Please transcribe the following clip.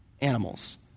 animals